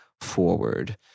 forward